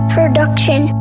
Production